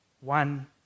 one